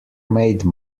made